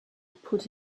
put